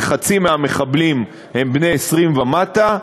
וחצי מהמחבלים הם בני 20 ומטה,